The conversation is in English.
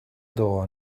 dawn